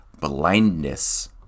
Blindness